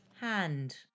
hand